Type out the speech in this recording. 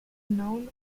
known